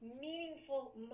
meaningful